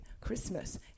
Christmas